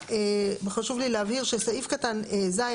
חשוב לי להבהיר שסעיף קטן (ז),